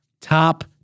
top